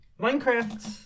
Minecraft